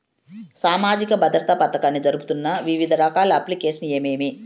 సామాజిక భద్రత పథకాన్ని జరుపుతున్న వివిధ రకాల అప్లికేషన్లు ఏమేమి?